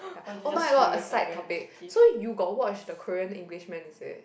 oh my god side topic so you got watch the Korean English man is it